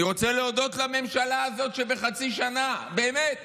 אני רוצה להודות לממשלה הזאת שבחצי שנה באמת